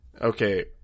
Okay